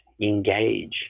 engage